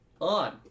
On